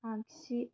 आगसि